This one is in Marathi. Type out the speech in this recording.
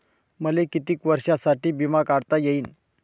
मले कितीक वर्षासाठी बिमा काढता येईन?